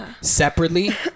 separately